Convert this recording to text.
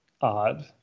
odd